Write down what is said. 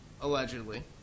Allegedly